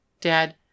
Dad